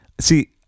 see